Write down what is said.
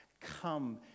come